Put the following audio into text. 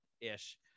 ish